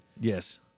Yes